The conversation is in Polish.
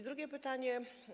Drugie pytanie.